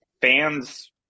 Fans